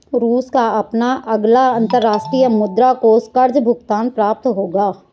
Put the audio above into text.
रूस को अपना अगला अंतर्राष्ट्रीय मुद्रा कोष कर्ज़ भुगतान प्राप्त होगा